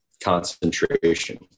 concentration